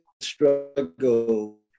struggle